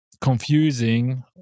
confusing